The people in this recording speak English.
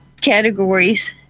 categories